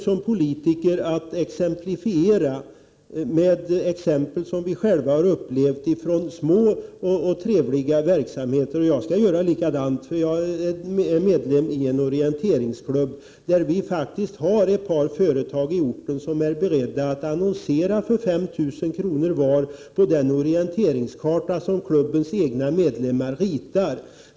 Vi politiker älskar ju att hämta exempel från små trevliga verksamheter som vi har erfarenhet av, och jag skall göra på det sättet. Jag är medlem i en orienteringsklubb, och vi har några företag på orten som vart och ett är berett att annonsera för 5 000 kr. på de kartor som klubbens egna medlemmar ritar.